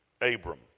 Abram